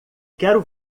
quero